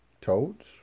Toads